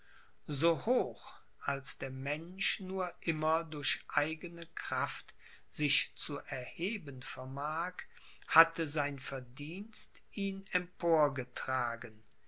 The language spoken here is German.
so hoch als der mensch nur immer durch eigene kraft sich zu erheben vermag hatte sein verdienst ihn